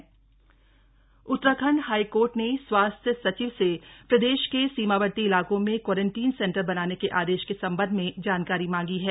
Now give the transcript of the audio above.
Uttarakhand high court Uttarakhand high court ने स्वास्थ्य सचिव से प्रदेश के सीमावर्ती इलाकों में क्वारंटीन सेंटर बनाने के आदेश के संबंध में जानकारी मांगी है